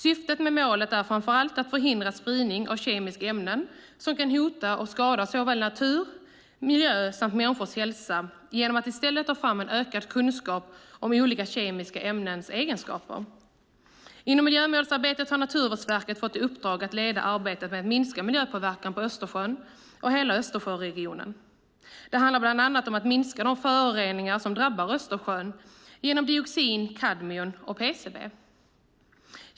Syftet med målet är framför allt att förhindra spridning av kemiska ämnen som kan hota och skada såväl natur och miljö som människors hälsa genom att i stället ta fram en ökad kunskap om olika kemiska ämnens egenskaper. Inom miljömålsarbetet har Naturvårdsverket fått i uppdrag att leda arbetet med att minska miljöpåverkan i Östersjön och hela Östersjöregionen. Det handlar bland annat om att minska de föroreningar som drabbar Östersjön genom dioxin, kadmium och PCB.